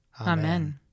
Amen